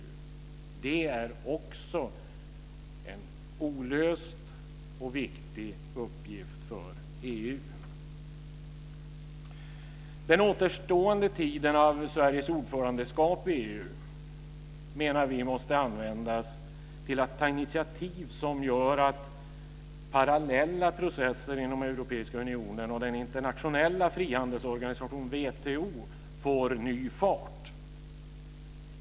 Det är också en olöst och viktig uppgift för EU. Vi menar att den återstående tiden av Sveriges ordförandeskap i EU måste användas till att ta initiativ som gör att parallella processer inom Europeiska unionen och den internationella frihandelsorganisationen WTO får ny fart.